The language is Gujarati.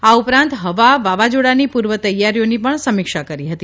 આ ઉપરાંત હવા વાવાઝોડાની પૂર્વ તૈયારીઓની પણ સમીક્ષા કરી હતી